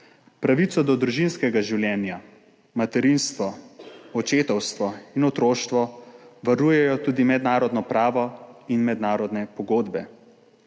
Pravico do družinskega življenja, materinstvo, očetovstvo in otroštvo varujejo tudi mednarodno pravo in mednarodne pogodbe.